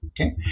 okay